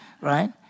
Right